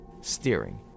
steering